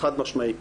חד משמעי כן.